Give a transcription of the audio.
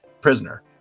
prisoner